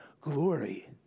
glory